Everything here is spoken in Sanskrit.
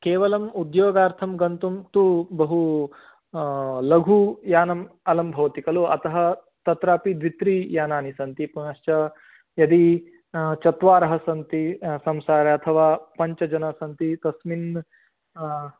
केवलं उद्योगार्थं गन्तुं तु बहू लघु यानं अलं भवति खलु अतः तत्रापि द्वित्रि यानानि सन्ति पुनश्च यदि चत्वारः सन्ति संसार अथवा पञ्चजनाः सन्ति तस्मिन्